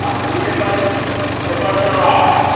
अब तीन रुपए पेपर चल रहा है